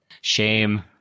shame